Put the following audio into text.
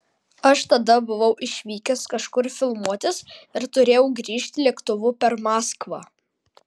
aš tada buvau išvykęs kažkur filmuotis ir turėjau grįžt lėktuvu per maskvą